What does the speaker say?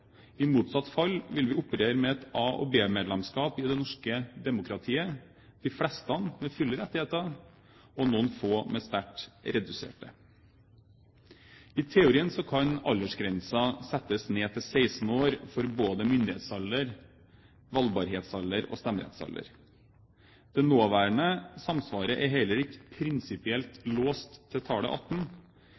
I motsatt fall, vil vi operere med A- og B-medlemskap i det norske demokratiet – de fleste med fulle rettigheter, noen få med sterkt reduserte. I teorien kan aldersgrensen settes ned til 16 år for både myndighetsalder, valgbarhetsalder og stemmerettsalder. Det nåværende samsvaret er heller ikke prinsipielt låst til tallet 18.